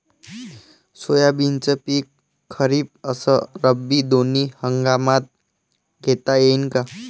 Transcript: सोयाबीनचं पिक खरीप अस रब्बी दोनी हंगामात घेता येईन का?